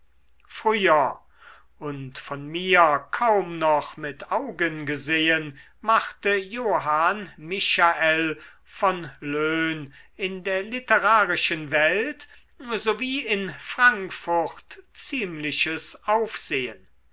früher und von mir kaum noch mit augen gesehen machte johann michael von loen in der literarischen welt so wie in frankfurt ziemliches aufsehen